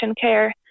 care